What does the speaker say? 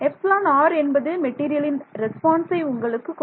εr என்பது மெட்டீரியலின் ரெஸ்பான்ஸை உங்களுக்கு கொடுக்கும்